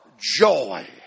joy